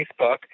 Facebook